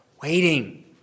waiting